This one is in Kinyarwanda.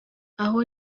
aho